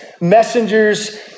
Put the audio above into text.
messengers